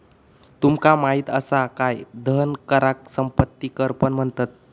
तुमका माहित असा काय धन कराक संपत्ती कर पण म्हणतत?